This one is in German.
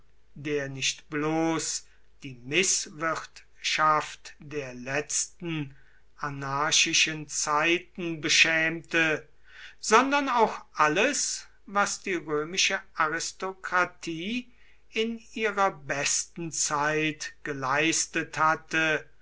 der nicht bloß die mißwirtschaft der letzten anarchischen zeiten beschämte sondern auch alles was die römische aristokratie in ihrer besten zeit geleistet hatte